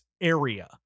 area